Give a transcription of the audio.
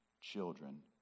children